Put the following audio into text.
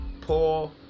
poor